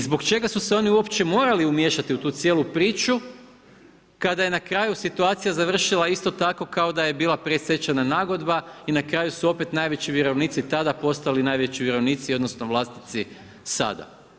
I zbog čega su se oni uopće morali umiješati u tu cijelu priču kada je na kraju situacija završila isto tako kao da je bila predstečajna nagodba i na kraju su opet najveći vjerovnici tada postali najveći vjerovnici, odnosno vlasnici sada.